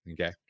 okay